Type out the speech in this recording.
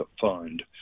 fund